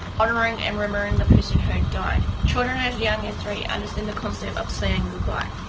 honoring and remembering the person who died children as young as three understand the concept of saying goodbye.